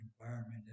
environment